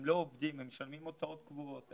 הם לא עובדים והם משלמים הוצאות קבועות.